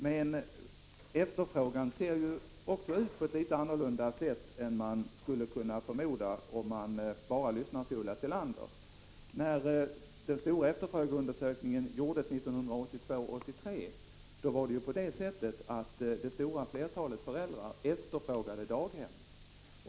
Men efterfrågan ser ut på ett annat sätt än man skulle kunnat förmoda om man bara lyssnade till Ulla Tillander. När den stora efterfrågeundersökningen gjordes 1982/83 visade det sig att det stora flertalet föräldrar efterfrågade daghem.